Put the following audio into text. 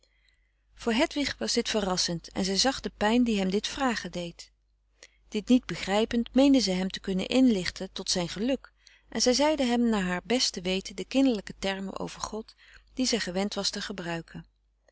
voor hedwig was dit verrassend en zij zag de pijn die hem dit vragen deed dit niet begrijpend meende zij hem te kunnen inlichten tot zijn geluk en zij zeide hem naar haar beste weten de kinderlijke termen over god die zij gewend was te gebruiken